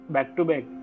Back-to-back